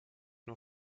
nur